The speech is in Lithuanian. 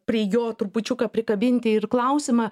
prie jo trupučiuką prikabinti ir klausimą